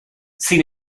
sin